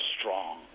strong